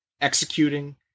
executing